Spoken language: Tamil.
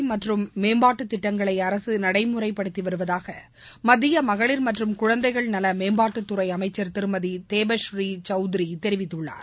பெண்களுக்கு அதிகாரம் அளித்தல் மற்றும் மேம்பாட்டுத் திட்டங்களை அரசு நடைமுறைப்படுத்தி வருவதாக மத்திய மகளிர் மற்றும் குழந்தைகள் நல மேம்பாட்டுத்துறை அமைச்சர் திருமதி தேபஸ்ரீ சௌத்ரி தெரிவித்துள்ளர்